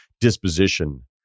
disposition